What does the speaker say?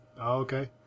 okay